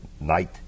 night